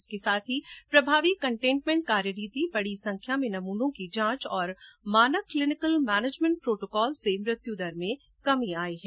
इसके साथ ही प्रभावी कंटेनमेंट कार्यनीति बड़ी संख्या में नमूनों की जांच और मानक क्लिनिकल मैनेजमेंट प्रोटोकॉल से मृत्युदर में कमी हुई है